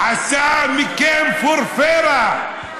עשה מכם פורפרה.